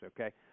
okay